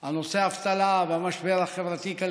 על נושא האבטלה ועל המשבר החברתי-כלכלי,